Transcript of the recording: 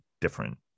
different